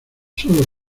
solo